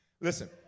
Listen